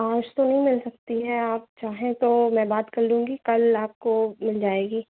और सुबह में बिकती है आप चाहें तो मैं बात कर लूंगी कल आपको मिल जाएगी